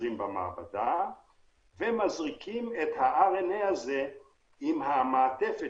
שיוצרים במעבדה ומזריקים את הרנ"א הזה עם המעטפת